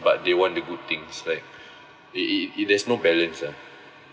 but they want the good things like i~ i~ there's no balance uh